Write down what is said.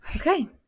okay